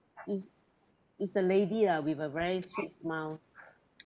it's it's a lady lah with a very sweet smile